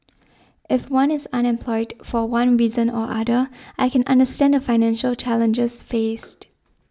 if one is unemployed for one reason or other I can understand the financial challenges faced